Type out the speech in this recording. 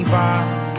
back